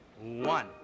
one